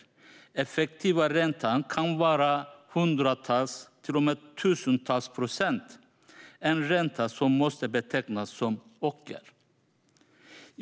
Den effektiva räntan kan vara hundratals och till och med tusentals procent. Det är en ränta som måste betecknas som ocker.